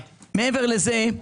מעבר לזה,